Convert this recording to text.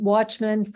Watchmen